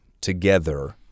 together